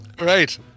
Right